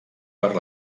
per